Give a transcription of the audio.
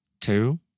Two